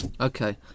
Okay